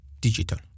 digital